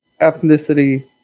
ethnicity